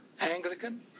Anglican